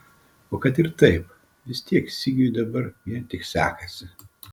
o kad ir taip vis tiek sigiui dabar vien tik sekasi